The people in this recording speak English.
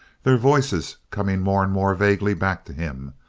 their voices coming more and more vaguely back to him,